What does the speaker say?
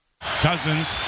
Cousins